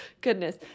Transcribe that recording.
goodness